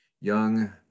young